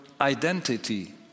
identity